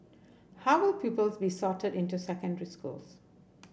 how will pupils be sorted into secondary schools